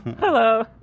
Hello